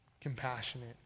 compassionate